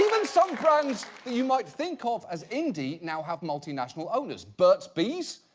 some brands, that you might think of as indie now have multinational owners. burt's bees?